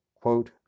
quote